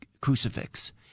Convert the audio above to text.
crucifix